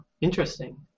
interesting